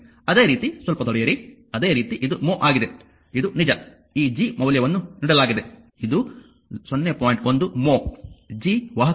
ಅದೇ ರೀತಿ ಸ್ವಲ್ಪ ತಡೆಯಿರಿ ಅದೇ ರೀತಿ ಇದು mho ಆಗಿದೆ ಇದು ನಿಜ ಈ G ಮೌಲ್ಯವನ್ನು ನೀಡಲಾಗಿದೆ ಇದು 0